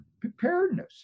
preparedness